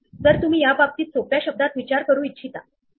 म्हणजेच यापुढे आपण हे ब्रॅकेट काढून टाकणार आहोत कारण हे बरेच त्रासदायक आहेत